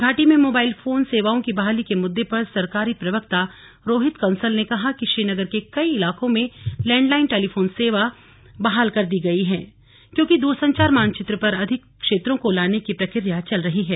घाटी में mobile phone सेवाओं की बहाली के मुद्दे पर सरकारी प्रवक्ता रोहित कंसल ने कहा कि श्रीनगर के कई इलाकों में लैंडलाइन टेलीफोन सेवाएं बहाल कर दी गई हैं क्योंकि द्रसंचार मानचित्र पर अधिक क्षेत्रों को लाने की प्रक्रिया चल रही है